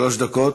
שלוש דקות.